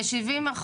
כ-70%.